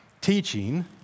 teaching